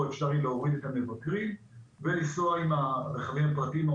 אפשר יהיה להוריד את המבקרים ולנסוע עם הרכבים הפרטיים או